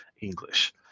English